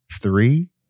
Three